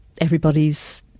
everybody's